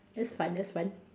that's fun that's fun